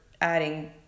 adding